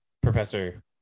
professor